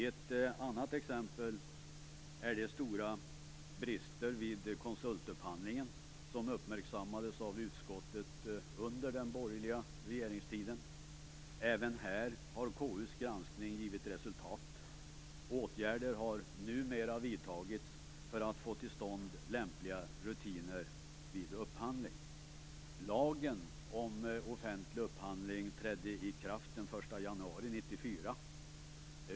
Ett annat exempel är de stora brister vid konsultupphandlingen som uppmärksammades av utskottet under den borgerliga regeringstiden. Även här har KU:s granskning givit resultat. Åtgärder har numera vidtagits för att få till stånd lämpliga rutiner vid upphandling. Lagen om offentlig upphandling trädde i kraft den 1 januari 1994.